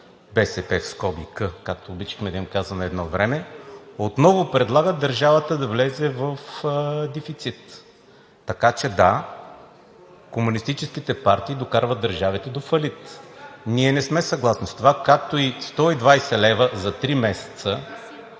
БСП (к), както обичахме да им казваме едно време, отново предлагат държавата да влезе в дефицит. Така че, да, комунистическите партии докарват държавите до фалит. Ние не сме съгласни с това, както и 120 лв. за три месеца